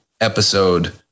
episode